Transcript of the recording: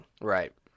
Right